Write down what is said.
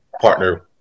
partner